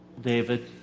David